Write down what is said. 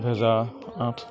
দুহেজাৰ আঠ